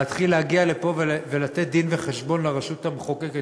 להתחיל להגיע לפה ולתת דין-וחשבון לרשות המחוקקת?